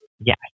Yes